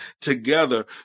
together